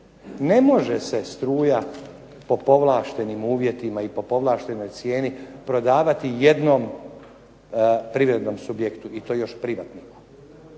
Ne može se struja po povlaštenim uvjetima i po povlaštenoj cijeni prodavati jednoj privrednom subjektu i to još privatnom.